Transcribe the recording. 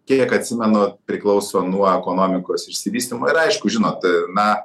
kiek atsimenu priklauso nuo ekonomikos išsivystymo ir aišku žinot na